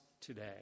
today